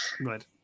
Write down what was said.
Right